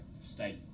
state